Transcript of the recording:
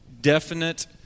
definite